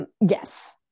Yes